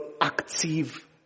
active